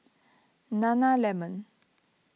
Nana Lemon